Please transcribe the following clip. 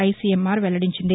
ICMR వెల్లడించింది